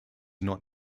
not